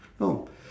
no